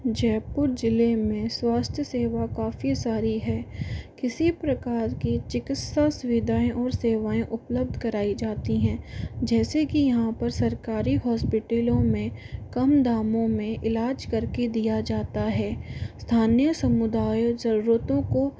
जयपुर ज़िले में स्वास्थ्य सेवा काफ़ी सारी है किसी प्रकार की चिकित्सा सुविधाएँ और सेवाएँ उपलब्ध कराई जाती हैं जैसे कि यहाँ पर सरकारी हॉस्पिटलों में कम दामों में इलाज़ करके दिया जाता है स्थानीय समुदायों ज़रूरतों को